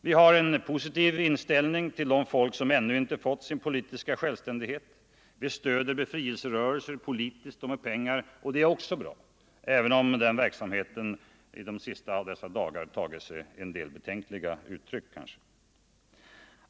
Vi har en positiv inställning till de folk som ännu inte fått sin politiska självständighet. Vi stöder befrielserörelser politiskt och med pengar. Det är också bra, även om denna verksamhet de sista av dessa dagar kanske tagit sig en del betänkliga uttryck.